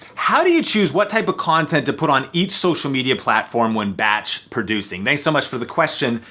how do you choose what type of content to put on each social media platform when batch producing? thank you so much for the question,